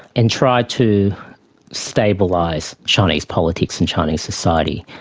and try to stabilise chinese politics and chinese society.